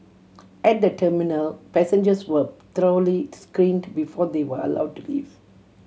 at the terminal passengers were thoroughly screened before they were allowed to leave